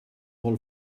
vol